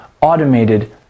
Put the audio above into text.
automated